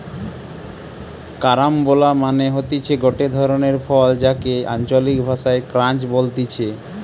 carambola মানে হতিছে গটে ধরণের ফল যাকে আঞ্চলিক ভাষায় ক্রাঞ্চ বলতিছে